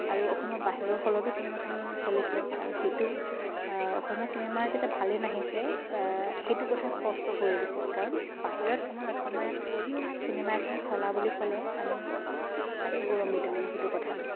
আৰু অসমৰ বাহিৰৰ হলতো চিনেমাখন চলিছে আৰু সেইটো অসমীয়া চিনেমাৰ যে এটা ভাল দিন আহিছে সেইটো কথা স্পষ্ট কৰি দিছে কাৰণ বাহিৰত আমাৰ অসমীয়া চিনেমা এখন চলা বুলি ক'লে আমি সঁচাকৈ গৌৰৱান্বিত মানে সেইটো কথা লৈ